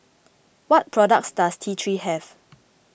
what products does T three have